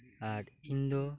ᱟᱨ ᱤᱧ ᱫᱚ